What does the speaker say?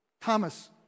Thomas